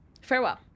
Farewell